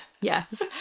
Yes